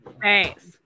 Thanks